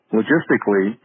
logistically